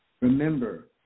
Remember